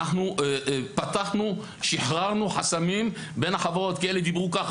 אנחנו שחררנו חסמים בין החברות כי אלה דיברו ככה,